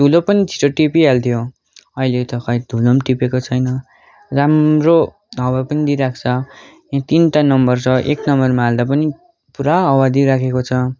धुलो पनि छिटो टिपी हाल्थ्यो अहिले त खै धुलो पनि टिपेको छैन राम्रो हावा पनि दिइरहेको छ तिनटा नम्बर छ एक नम्बरमा हाल्दा पनि पुरा हावा दिराखेको छ